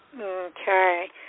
Okay